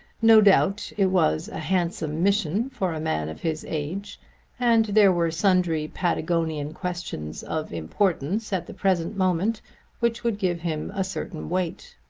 no doubt it was a handsome mission for a man of his age and there were sundry patagonian questions of importance at the present moment which would give him a certain weight.